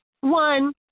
one